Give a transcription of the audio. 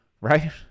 Right